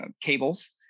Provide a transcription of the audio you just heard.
cables